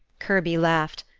kirby laughed.